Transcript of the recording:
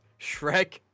shrek